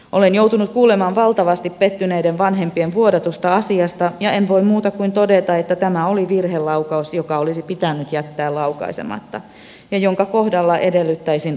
olen joutunut kuulemaan valtavasti pettyneiden vanhempien vuodatusta asiasta ja en voi muuta kuin todeta että tämä oli virhelaukaus joka olisi pitänyt jättää laukaisematta ja jonka kohdalla edellyttäisin uudelleenharkintaa